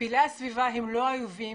פעילי הסביבה הם לא האויבים,